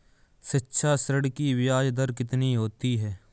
शिक्षा ऋण की ब्याज दर कितनी होती है?